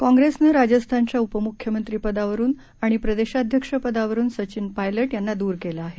काँप्रेसने राजस्थानच्या उपमुख्यमंत्री पदावरुन आणि प्रदेशाध्यक्ष पदावरुन सचिन पायलट यांना दूर केलं आहे